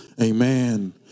Amen